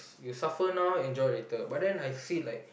you suffer now enjoy later but then I see like